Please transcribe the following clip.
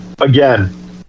Again